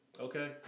Okay